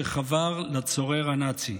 שחבר לצורר הנאצי.